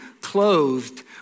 clothed